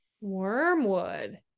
Wormwood